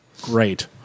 great